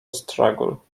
struggle